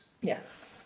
Yes